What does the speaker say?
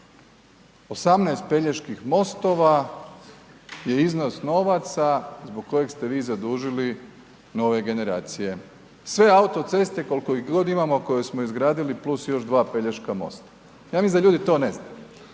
18 Peljeških mostova je iznos novaca zbog kojeg ste vi zadužili nove generacije. Sve autoceste koliko ih god imamo koje smo izgradili plus još 2 Pelješka mosta. Ja mislim da ljudi to ne znaju.